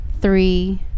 three